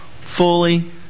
fully